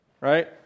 right